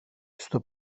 στο